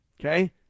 Okay